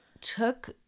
took